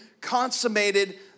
consummated